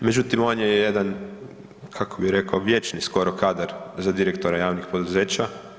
Međutim, on je jedan kako bi rekao vječni skoro kadar za direktora javnih poduzeća.